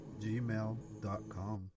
gmail.com